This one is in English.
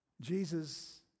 Jesus